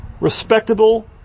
respectable